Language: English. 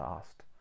asked